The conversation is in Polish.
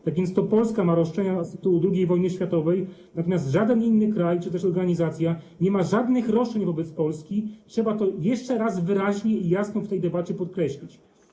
Tak więc to Polska ma roszczenia z tytułu II wojny światowej, natomiast żaden inny kraj czy też organizacja nie ma żadnych roszczeń wobec Polski - trzeba to jeszcze raz wyraźnie i jasno w tej debacie podkreślić.